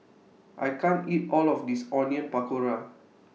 I can't eat All of This Onion Pakora